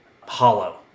hollow